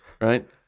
right